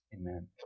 amen